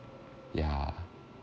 yeah